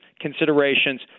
considerations